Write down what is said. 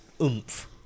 oomph